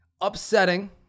upsetting